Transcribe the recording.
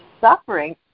suffering